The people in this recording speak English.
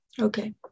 Okay